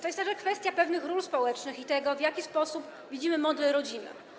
To jest także kwestia pewnych ról społecznych i tego, w jaki sposób widzimy model rodziny.